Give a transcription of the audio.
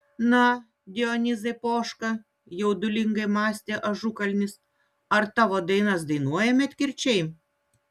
na dionizai poška jaudulingai mąstė ažukalnis ar tavo dainas dainuoja medkirčiai